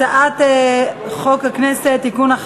הצעת חוק הכנסת (תיקון,